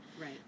Right